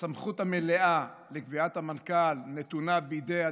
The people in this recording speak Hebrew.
הסמכות המלאה לקביעת המנכ"ל נתונה בידי הדירקטוריון.